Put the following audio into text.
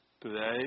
today